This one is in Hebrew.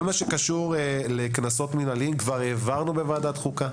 כל מה שקשור לקנסות מנהליים כבר העברנו בוועדת חוקה,